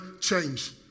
change